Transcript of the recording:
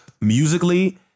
musically